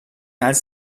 als